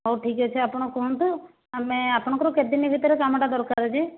ହେଉ ଠିକ୍ ଅଛି ଆପଣ କୁହନ୍ତୁ ଆମେ ଆପଣଙ୍କୁ କେତେଦିନ ଭିତରେ କାମଟା ଦରକାର ଯେ